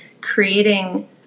creating